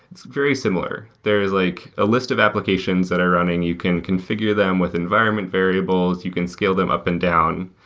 it's very similar. there is like a list of applications that are running. you can configure them with the environment variables. you can scale them up and down.